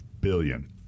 billion